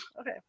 Okay